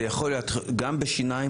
זה יכול להיות גם בשיניים,